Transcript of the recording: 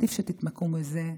עדיף שתתמקדו בזה.